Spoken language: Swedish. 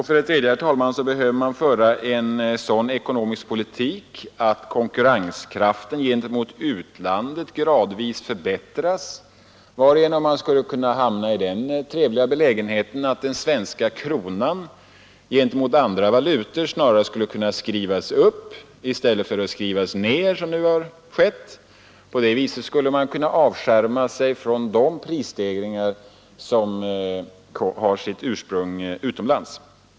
För det tredje behöver den ekonomiska politiken vara sådan att konkurrenskraften gentemot utlandet gradvis förbättras, varigenom man skulle kunna hamna i den trevliga belägenheten att den svenska kronan skulle kunna skrivas upp gentemot andra valutor i stället för att skrivas ned, som nu skett. På det sättet skulle man kunna avskärma sig från de prisstegringar som har sitt ursprung utomlands.